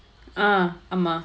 ah